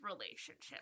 relationship